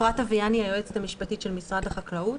אני היועצת המשפטית של משרד החקלאות.